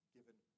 Given